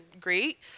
great